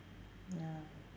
ya